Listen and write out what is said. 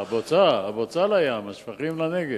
לא, הבוצה לים והשפכים לנגב.